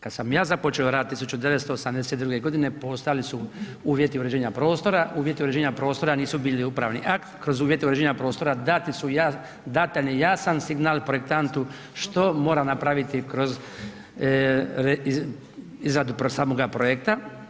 Kada sam ja započeo rad 1982. godine postojali su uvjeti uređenja prostora, uvjeta uređenja prostora nisu bili upravni akt, kroz uvjete uređenja prostora dan je jasan signal projektantu što mora napraviti kroz izradu samoga projekta.